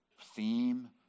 theme